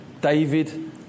David